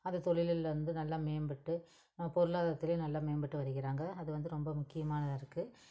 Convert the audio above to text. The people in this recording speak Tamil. அது தொழிலில்ல வந்து நல்லா மேம்பட்டு பொருளாதாரத்திலையும் நல்லா மேம்பட்டு வருகிறாங்க அது வந்து ரொம்ப முக்கியமானதாக இருக்குது